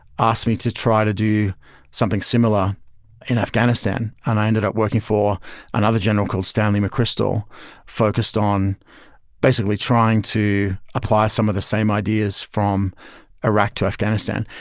asked me to try to do something similar in afghanistan and i ended up working for another general called stanley mcchrystal focused on basically trying to apply some of the same ideas from iraq to afghanistan.